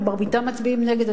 ומרביתם מצביעים נגד,